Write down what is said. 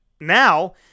now